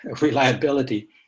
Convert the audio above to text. reliability